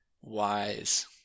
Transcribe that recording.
wise